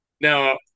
now